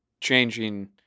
changing